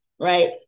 right